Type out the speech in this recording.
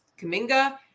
Kaminga